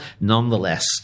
nonetheless